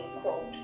quote